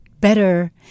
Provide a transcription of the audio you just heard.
better